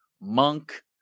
Monk